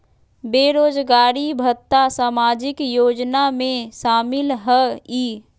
बेरोजगारी भत्ता सामाजिक योजना में शामिल ह ई?